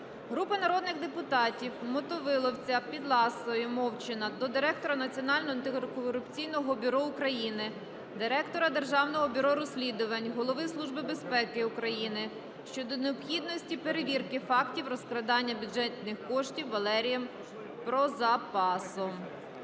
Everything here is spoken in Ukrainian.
Групи народних депутатів (Мотовиловця, Підласої, Мовчана) до Директора Національного антикорупційного бюро України, Директора Державного бюро розслідувань, Голови Служби безпеки України щодо необхідності перевірки фактів розкрадання бюджетних коштів Валерієм Прозапасом.